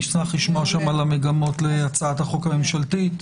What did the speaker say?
נשמח לשמוע שם על המגמות להצעת החוק הממשלתית.